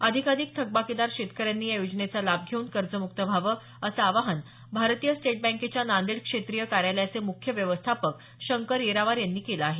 अधिकाधिक थकबाकीदार शेतकऱ्यांनी या योजनेचा लाभ घेऊन कर्ज मुक्त व्हावं असं आवाहन भारतीय स्टेट बँकेच्या नांदेड क्षेत्रीय कार्यालयाचे मुख्य व्यवस्थापक शंकर येरावार यांनी केलं आहे